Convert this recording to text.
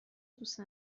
دوست